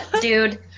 dude